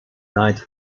night